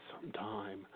sometime